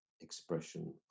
expression